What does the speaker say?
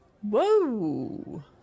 Whoa